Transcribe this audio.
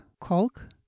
Kolk